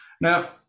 Now